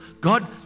God